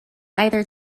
either